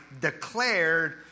declared